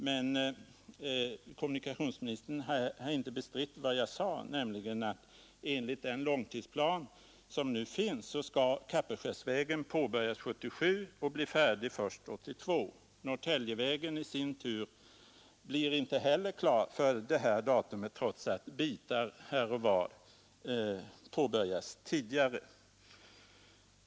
Men kommunikationsministern har inte bestritt vad jag sade, nämligen att enligt den långtidsplan som nu finns skall Kapellskärsvägen påbörjas 1977 och bli färdig först 1982. Norrtäljevägen i sin tur blir inte heller klar före detta datum trots att bitar här och var påbörjats tidigare.